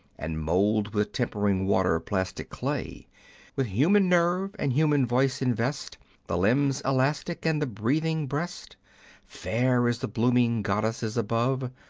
and mould with tempering water plastic clay with human nerve and human voice invest the limbs elastic, and the breathing breast fair as the blooming goddesses above,